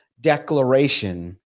declaration